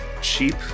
cheap